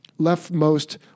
leftmost